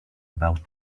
about